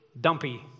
dumpy